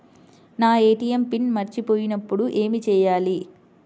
నా ATM PIN మర్చిపోయినప్పుడు ఏమి చేయాలి?